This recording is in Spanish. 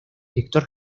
director